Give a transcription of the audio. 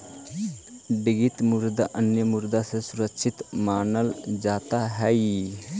digital मुद्रा अन्य मुद्रा से सुरक्षित मानल जात हई